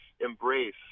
embrace